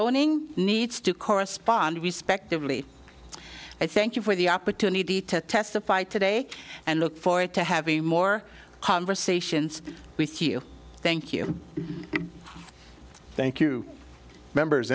zoning needs to correspond respectively i thank you for the opportunity to testify today and look forward to having more conversations with you thank you thank you members